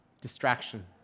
Distraction